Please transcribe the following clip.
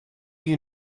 you